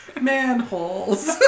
manholes